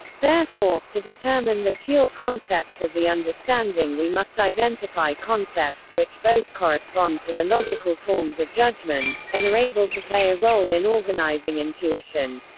therefore, to determine the pure concepts of the understanding we must identify concepts which both correspond to the logical forms of judgement, and are able to play a role in organising intuition.